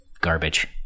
Garbage